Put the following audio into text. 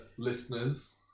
Listeners